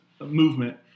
movement